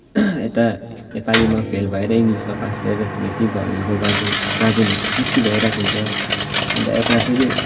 यता नेपालीमा फेल भएर इङ्ग्लिसमा पास भइरहेछ भने त्यही घरहरूको गार्जेन गार्जेनहरू खुसी भइरहेको हुन्छ अन्त यता फेरि